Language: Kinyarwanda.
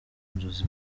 nzozi